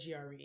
GRE